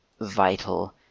vital